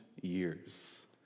years